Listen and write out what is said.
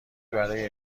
برای